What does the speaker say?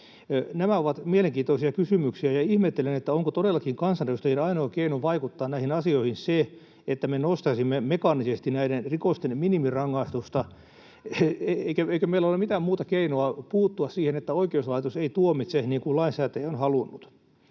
Nämä ovat mielenkiintoisia kysymyksiä, ja ihmettelen, onko todellakin kansanedustajien ainoa keino vaikuttaa näihin asioihin se, että me nostaisimme mekaanisesti näiden rikosten minimirangaistusta. Eikö meillä ole mitään muuta keinoa puuttua siihen, että oikeuslaitos ei tuomitse kuten lainsäätäjä on halunnut?